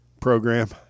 program